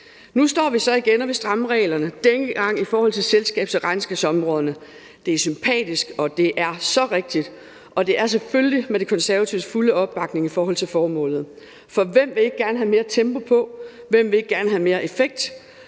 Nu står vi så igen og vil stramme reglerne, denne gang i forhold til selskabs- og regnskabsområderne. Det er sympatisk, og det er så rigtigt, og det er selvfølgelig med De Konservatives fulde opbakning i forhold til formålet. For hvem vil ikke gerne have mere tempo på? Hvem vil ikke gerne have mere effekt